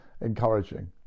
encouraging